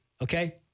Okay